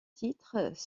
titres